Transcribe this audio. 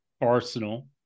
arsenal